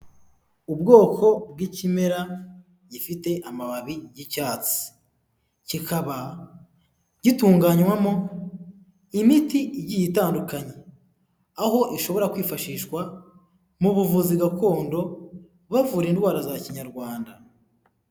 Ubwoko bw'ikimera gifite amababi y'icyatsi, kikaba gitunganywamo imiti igiye itandukanye, aho ishobora kwifashishwa mu buvuzi gakondo, bavura indwara za kinyarwanda.